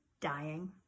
dying